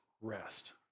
rest